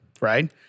right